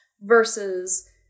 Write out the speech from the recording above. versus